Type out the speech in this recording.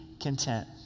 content